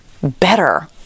better